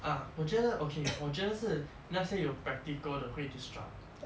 ah 我觉得 okay 我觉得是那些有 practical 的会 disrupt